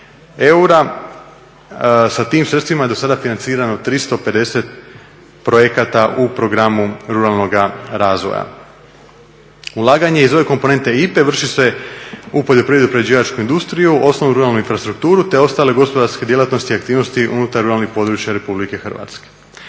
eura. Sa tim sredstvima je do sada financirano 350 projekata u programu ruralnoga razvoja. Ulaganje iz ove komponente IPA-e vrši se u poljoprivredno prerađivačku industriju, osnovnu ruralnu infrastrukturu te ostale gospodarske djelatnosti i aktivnosti unutar ruralnih područja RH.